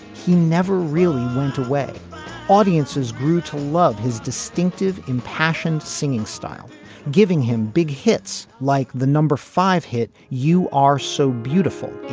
he never really went away audiences grew to love his distinctive impassioned singing style giving him big hits like the number five hit you are so beautiful.